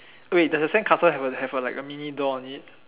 wait does your sandcastle have a have a like a mini door on it